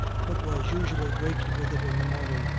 but was usually waked with it in the morning,